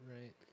right